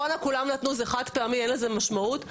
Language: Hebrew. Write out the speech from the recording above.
בקורונה כולם נתנו, זה חד-פעמי, אין לזה משמעות.